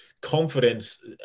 confidence